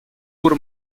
pur